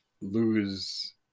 lose